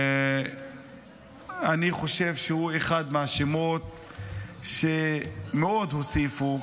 אני חושב שהוא אחד מהשמות שמאוד הוסיפו,